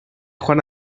juan